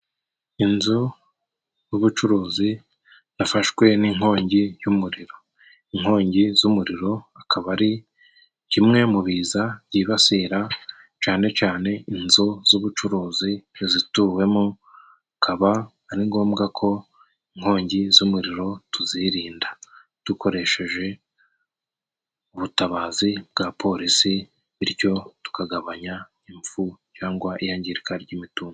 Inzu y'ubucuruzi yafashwe n'inkongi y'umuriro. Inkongi z'umuriro akaba ari kimwe mu biza byibasira cane cane inzu z'ubucuruzi, izituwemo, akaba ari ngombwa ko inkongi z'umuriro tuzirinda, dukoresheje ubutabazi bwa polisi, bityo tukagabanya imfu cyangwa iyangirika ry'imitungo.